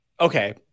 Okay